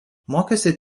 mokėsi